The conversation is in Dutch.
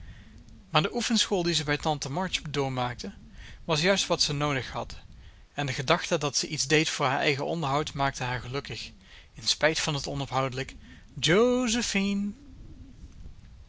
maar de oefenschool die ze bij tante march doormaakte was juist wat ze noodig had en de gedachte dat ze iets deed voor haar eigen onderhoud maakte haar gelukkig in spijt van het onophoudelijk